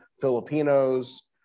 Filipinos